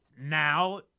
Now